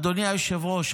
אדוני היושב-ראש,